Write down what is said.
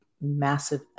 massive